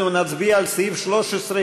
אנחנו נצביע על סעיף 13,